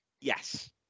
Yes